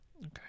Okay